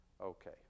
Okay